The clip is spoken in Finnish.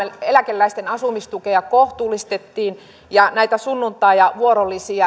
eläkeläisten asumistukea kohtuullistettiin ja peruttiin sunnuntai ja vuorolisiin